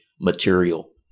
material